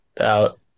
out